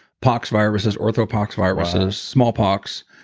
pox viruses, orthopoxviruses, smallpox,